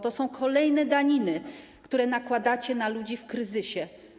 To są kolejne daniny, które nakładacie na ludzi w kryzysie.